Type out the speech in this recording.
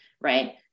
Right